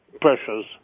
pressures